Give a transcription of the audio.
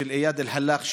על איאד אלחלאק,